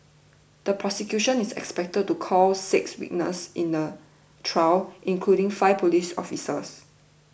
the prosecution is expected to call six witnesses in the trial including five police officers